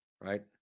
right